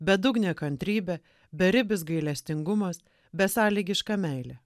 bedugnė kantrybė beribis gailestingumas besąlygiška meilė